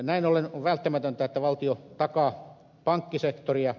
näin ollen on välttämätöntä että valtio takaa pankkisektoria